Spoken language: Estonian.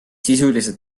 sisuliselt